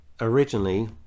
originally